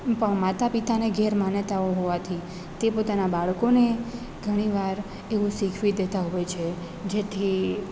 માતા પિતાઓની ગેરમાન્યતાઓ હોવાથી તે પોતાનાં બાળકોને ઘણીવાર એવું શીખવી દેતાં હોય છે જેથી